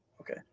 Okay